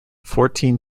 fourteen